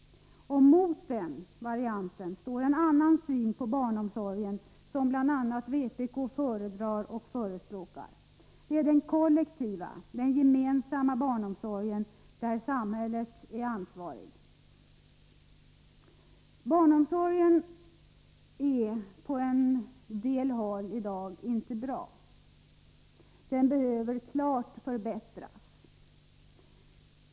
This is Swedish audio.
Mot den varianten står en annan syn på barnomsorgen, som bl.a. vpk föredrar och förespråkar, nämligen den kollektiva, den gemensamma barnomsorgen, som samhället ansvarar för. Barnomsorgen är på en del håll i dag inte bra. Den behöver klart förbättras.